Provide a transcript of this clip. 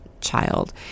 child